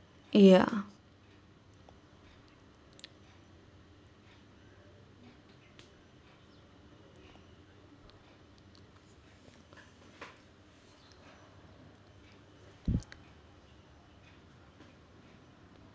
ya